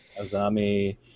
Azami